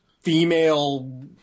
female